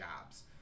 jobs